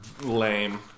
Lame